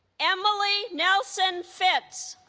emily nelson fitts